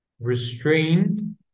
restrained